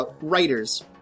Writers